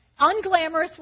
unglamorously